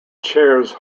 chairs